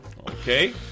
Okay